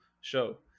show